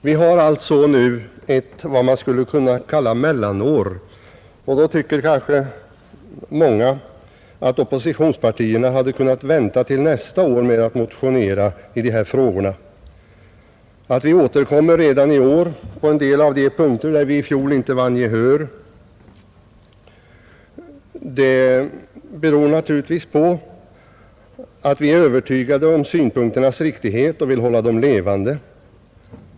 Vi har alltså nu vad man skulle kunna kalla ett mellanår, och då tycker kanske många att oppositionspartierna kunnat vänta till nästa år med att motionera i de här frågorna. Att vi återkommit redan i år på en del av de punkter där vi i fjol icke vann gehör beror naturligtvis på att vi är övertygade om synpunkternas riktighet och vill hålla dem levande.